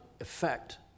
effect